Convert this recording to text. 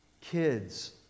kids